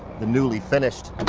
the newly finished